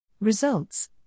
Results